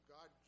God